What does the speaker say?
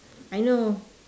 I know